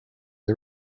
you